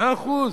מאה אחוז,